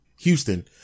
Houston